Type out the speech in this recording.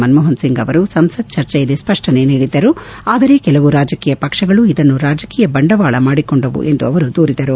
ಮನಮೋಪನ್ ಸಿಂಗ್ ಅವರು ಸಂಸತ್ ಚರ್ಚೆಯಲ್ಲಿ ಸ್ಪಷ್ಟನೆ ನೀಡಿದ್ದರು ಆದರೆ ಕೆಲವು ರಾಜಕೀಯ ಪಕ್ಷಗಳು ಇದನ್ನು ರಾಜಕೀಯ ಬಂಡವಾಳ ಮಾಡಿಕೊಂಡವು ಎಂದು ಅವರು ದೂರಿದರು